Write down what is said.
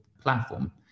platform